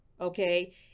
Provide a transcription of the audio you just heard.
okay